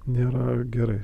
nėra gerai